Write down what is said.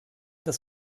dass